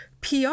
PR